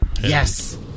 yes